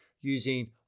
using